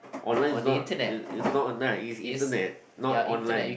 online is not is is not online is internet is not online